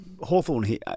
Hawthorne